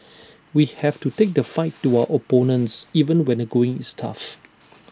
we have to take the fight to our opponents even when the going is tough